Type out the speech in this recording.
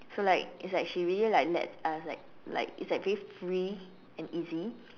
so like it's like she really like lets us like like it's like very free and easy